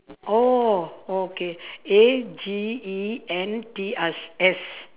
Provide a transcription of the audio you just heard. oh okay A G E N T S S